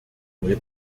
muri